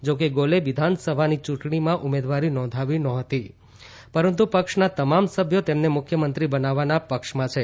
જાકે ગોલે વિધાનસભાની યૂંટણીમાં ઉમેદવારી નોંધાવી નહોતી પરંતુ પક્ષના તમામ સભ્યો તેમને મુખ્યમંત્રી બનાવવાના પક્ષમાં છે